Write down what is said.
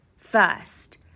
First